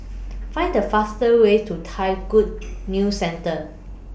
Find The faster Way to Thai Good News Centre